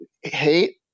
hate